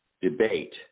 debate